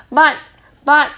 but but